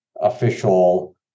official